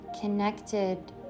connected